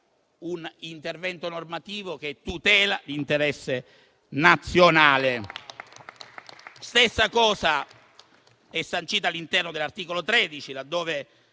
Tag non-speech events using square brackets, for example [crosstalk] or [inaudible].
un intervento normativo che tutela l'interesse nazionale. [applause] Stessa cosa è sancita all'interno dell'articolo 13, dove